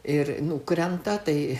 ir nukrenta tai